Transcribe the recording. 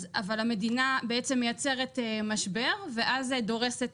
אבל המדינה בעצם מייצרת משבר ואז דורסת